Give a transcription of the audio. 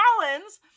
Collins